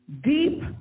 deep